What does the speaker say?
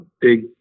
big